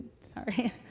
Sorry